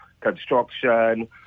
construction